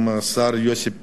השר יוסי פלד,